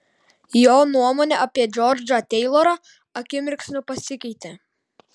jo nuomonė apie džordžą teilorą akimirksniu pasikeitė